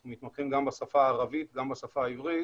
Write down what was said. אנחנו מתמחים גם בשפה הערבית וגם בשפה העברית,